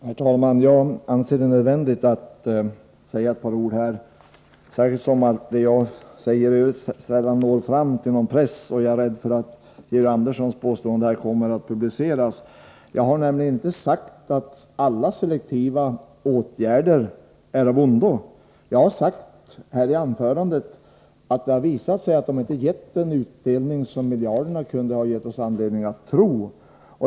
Herr talman! Jag anser det nödvändigt att säga ett par ord, särskilt som det jag yttrar sällan når fram till pressen, och jag är rädd för att Georg Anderssons påstående här kommer att publiceras. Jag har nämligen inte hävdat att alla selektiva åtgärder är av ondo. Jag har i anförandet sagt att det har visat sig att de inte har gett den utdelning som miljarderna kunde ha gett oss anledning att tro.